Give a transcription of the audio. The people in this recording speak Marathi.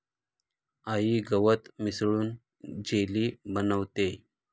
आई गवत मिसळून जेली बनवतेय